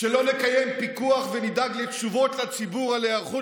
שלא נקיים פיקוח ונדאג לתשובות לציבור על היערכות